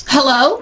Hello